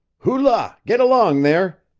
hoo-la, get along there!